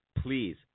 Please